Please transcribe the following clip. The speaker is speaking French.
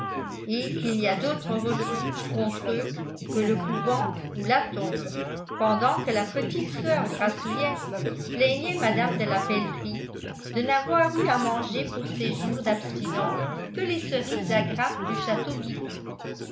et qu'il n'y a d'autre refuge contre eux que le couvent ou la tombe pendant que la petite sœur grassouillette plaignait mme de la peltrie de n'avoir eu à manger pour ses jours d'abstinence que les cerises à grappes du